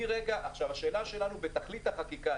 השאלה שלנו בתכלית החקיקה,